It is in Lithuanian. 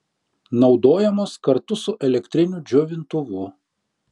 naudojamos kartu su elektriniu džiovintuvu